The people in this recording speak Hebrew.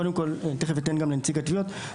תיכף אתן גם לנציג התביעות,